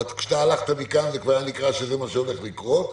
כשאתה הלכת מכאן, היה נראה שזה מה שהולך לקרות.